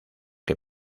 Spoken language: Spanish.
que